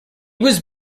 was